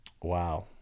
Wow